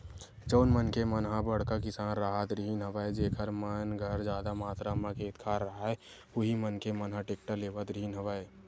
जउन मनखे मन ह बड़का किसान राहत रिहिन हवय जेखर मन घर जादा मातरा म खेत खार राहय उही मनखे मन ह टेक्टर लेवत रिहिन हवय